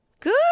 Good